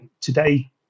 today